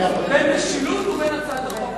קשר בין משילות ובין הצעת החוק הזאת.